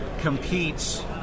competes